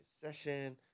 session